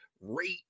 rate